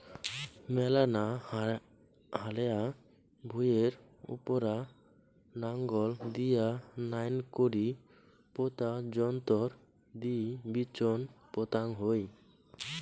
মেলা না হালেয়া ভুঁইয়ের উপুরা নাঙল দিয়া নাইন করি পোতা যন্ত্রর দি বিচোন পোতাং হই